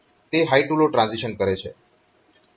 તે high to low transition કરે છે